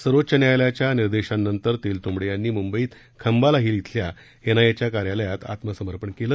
सर्वोच्च न्यायालयच्या निर्देशांनंतर तेलतुंबडे यांनी मुंबईत खंबाला हिल श्विल्या एनआयएच्या कार्यालयात आत्मसमर्पण केलं